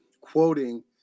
quoting